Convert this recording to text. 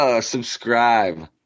Subscribe